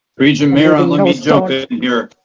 regent mayeron, let me jump in here.